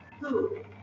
two